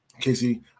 Casey